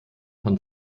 von